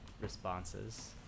responses